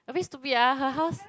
a bit stupid ah her house